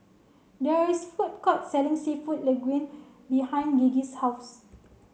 there is food court selling Seafood Linguine behind Gigi's house